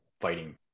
fighting